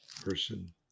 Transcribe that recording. person